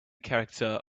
character